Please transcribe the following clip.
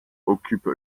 occupe